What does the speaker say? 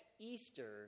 easter